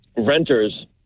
renters